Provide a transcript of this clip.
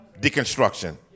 Deconstruction